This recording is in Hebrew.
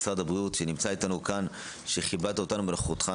משרד הבריאות שנמצא אתנו כאן שכיבדת אותנו בנוכחותך ,